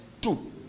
Two